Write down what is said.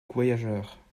voyageurs